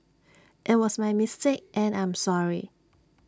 IT was my mistake and I'm sorry